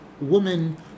woman